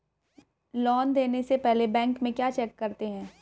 Loan देने से पहले बैंक में क्या चेक करते हैं?